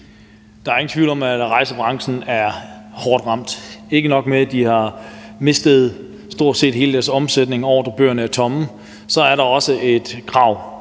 Der er ingen tvivl om, at rejsebranchen er hårdt ramt. Ikke nok med, at de har mistet stort set hele deres omsætning og ordrebøgerne er tomme, men så er der også et krav